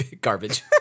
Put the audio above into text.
garbage